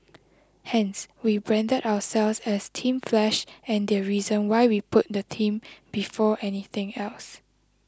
hence we branded ourselves as Team Flash and the reason why we put the team before anything else